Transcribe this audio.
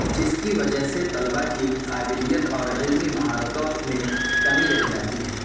جس کی وجہ سے طلبا کی قابلیت اور علمی مہارتوں میں کمی رہ جاتی ہے